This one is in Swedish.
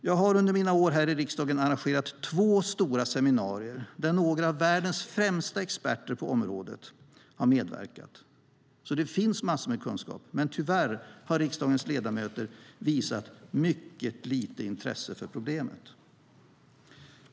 Jag har under mina år här i riksdagen arrangerat två stora seminarier där några av världens främsta experter på området har medverkat. Det finns alltså massor av kunskap, men tyvärr har riksdagens ledamöter visat mycket litet intresse för problemet.